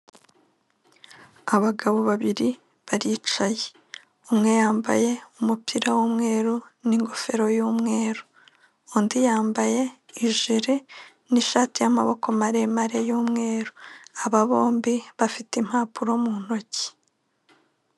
Abagabo babiri baricaye, umwe yambaye umupira w'umweru n'ingofero y'umweru, undi yambaye ijiri n'ishati y'amaboko maremare y'umweru, aba bombi bafite impapuro mu ntoki.